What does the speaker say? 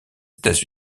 états